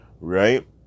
right